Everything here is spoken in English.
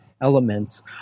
elements